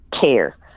care